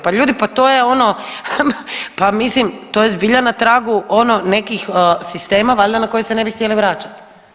Pa ljudi pa to je ono, pa mislim to je zbilja na tragu ono nekih sistema valjda na koje se ne bi htjeli vraćat.